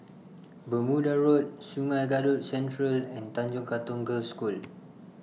Bermuda Road Sungei Kadut Central and Tanjong Katong Girls' School